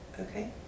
Okay